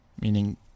meaning